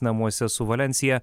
namuose su valensija